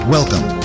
Welcome